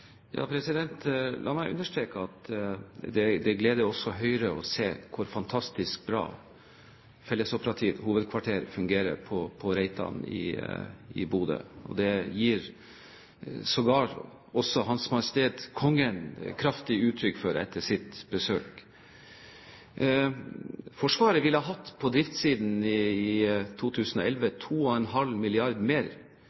La meg understreke at det gleder også Høyre å se hvor fantastisk bra Fellesoperativt hovedkvarter fungerer på Reitan i Bodø. Det ga sågar Hans Majestet Kongen kraftig uttrykk for etter sitt besøk. Forsvaret ville på driftssiden i